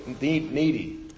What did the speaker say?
needy